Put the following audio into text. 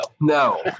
No